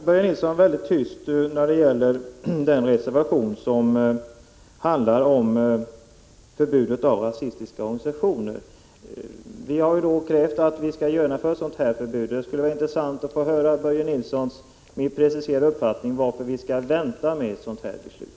Börje Nilsson var mycket tyst beträffande den reservation som handlar om förbud mot rasistiska organisationer. Vi har krävt att man skall genomföra ett sådant förbud. Det skulle vara intressant att få höra Börje Nilssons precisering av varför vi skall vänta med ett sådant beslut.